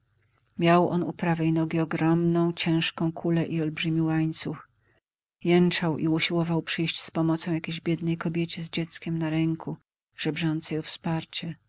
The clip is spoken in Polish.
miał on u prawej nogi ogromną ciężką kulę i olbrzymi łańcuch jęczał i usiłował przyjść z pomocą jakiejś biednej kobiecie z dzieckiem na ręku żebrzącej o wsparcie